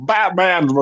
Batman